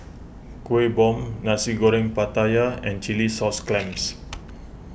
Kueh Bom Nasi Goreng Pattaya and Chilli Sauce Clams